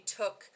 took